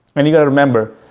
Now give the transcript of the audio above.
and you got to remember,